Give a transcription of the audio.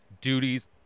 duties